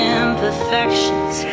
imperfections